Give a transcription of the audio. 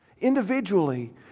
Individually